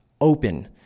open